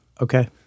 Okay